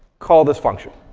call this function.